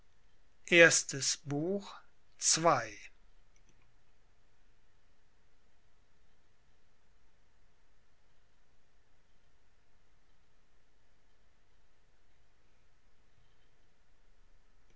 erstes buch seit